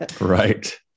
Right